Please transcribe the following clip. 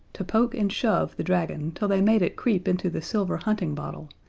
to poke and shove the dragon till they made it creep into the silver hunting bottle,